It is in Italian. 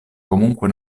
comunque